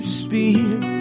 speed